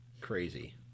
crazy